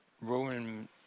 Roman